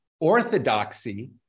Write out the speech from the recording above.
orthodoxy